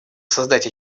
созвать